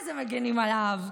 אז הם מגינים עליו.